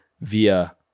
via